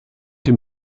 dem